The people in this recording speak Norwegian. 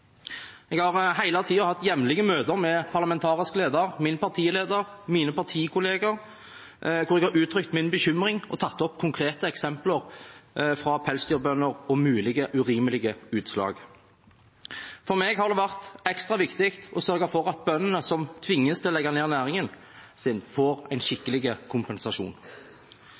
Jeg har hele tiden hatt jevnlige møter med parlamentarisk leder, min partileder og mine partikolleger, hvor jeg har uttrykt min bekymring og tatt opp konkrete eksempler fra pelsdyrbønder om mulige urimelige utslag. For meg har det vært ekstra viktig å sørge for at bøndene som tvinges til å legge ned næringen sin, får en skikkelig kompensasjon.